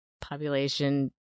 population